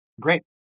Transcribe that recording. Great